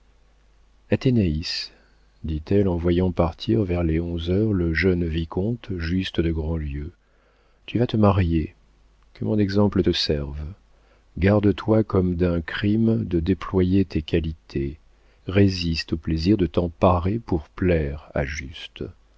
humiliation athénaïs dit-elle en voyant partir vers les onze heures le jeune vicomte juste de grandlieu tu vas te marier que mon exemple te serve garde-toi comme d'un crime de déployer tes qualités résiste au plaisir de t'en parer pour plaire à juste